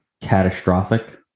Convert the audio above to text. catastrophic